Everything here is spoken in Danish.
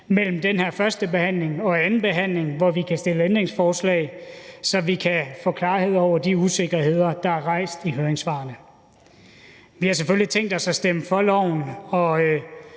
mellem den her førstebehandling og andenbehandlingen, hvor vi kan stille ændringsforslag, så vi kan få klarhed over de usikkerheder, der er rejst i høringssvarene. Vi har selvfølgelig tænkt os at stemme for